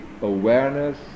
awareness